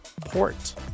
port